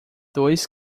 dois